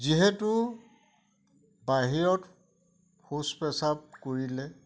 যিহেতু বাহিৰত শৌচ পেচাব কৰিলে